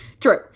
true